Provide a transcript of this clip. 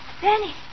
Danny